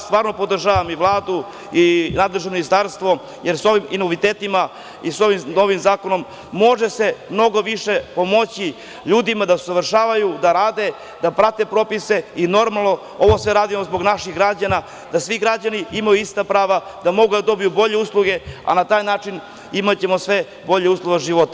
Stvarno podržavam i Vladu i nadležno ministarstvo jer sa ovim novitetima i sa ovim novim zakonom može se mnogo više pomoći ljudima da se usavršavaju, da rade, da prate propise i, normalno, ovo sve radimo zbog naših građana, da svi građani imaju ista prava, da mogu da dobiju bolje usluge, a na taj način imaćemo sve bolje uslove života.